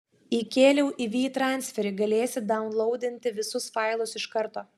įkėliau į vytransferį galėsi daunlaudinti visus failus iš karto